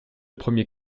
premier